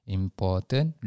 important